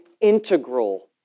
Integral